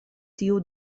tiu